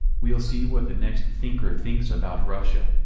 we'll see what the next thinker thinks about russia.